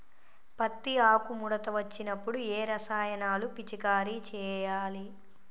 పత్తి ఆకు ముడత వచ్చినప్పుడు ఏ రసాయనాలు పిచికారీ చేయాలి?